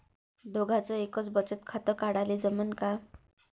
दोघाच एकच बचत खातं काढाले जमनं का?